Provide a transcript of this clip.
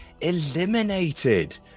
eliminated